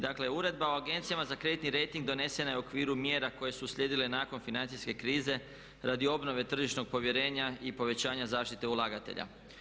Dakle, Uredba o agencijama za kreditni rejting donesena je u okviru mjera koje su uslijedile nakon financijske krize radi obnove tržišnog povjerenja i povećanja zaštite ulagatelja.